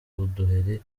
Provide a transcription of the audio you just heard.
uduheri